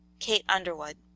kate underwood.